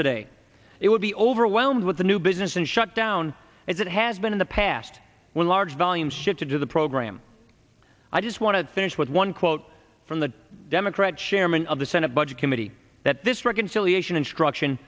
today it would be overwhelmed with the new business and shut down as it has been in the past when large volumes shifted to the program i just want to finish with one quote from the democrat chairman of the senate budget committee that this reconciliation instruction